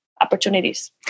opportunities